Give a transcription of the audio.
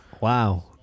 Wow